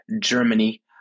Germany